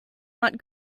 not